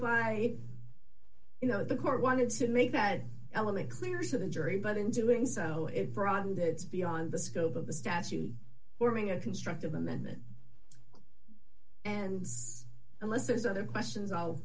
by you know the court wanted to make that element clear to the jury but in doing so it broadened its beyond the scope of the statute forming a construct of amendment and says unless there's other questions i'll